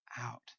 out